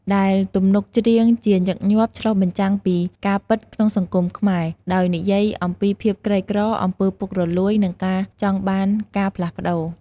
ដែលទំនុកច្រៀងជាញឹកញាប់ឆ្លុះបញ្ចាំងពីការពិតក្នុងសង្គមខ្មែរ ដោយនិយាយអំពីភាពក្រីក្រ អំពើពុករលួយ និងការចង់បានការផ្លាស់ប្ដូរ។